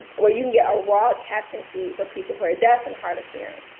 where you can get a raw caption feed for people who are deaf and hard of hearing.